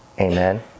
Amen